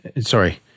sorry